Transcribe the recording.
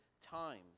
times